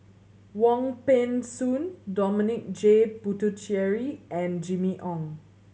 Wong Peng Soon Dominic J Puthucheary and Jimmy Ong